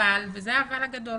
אבל וזה האבל הגדול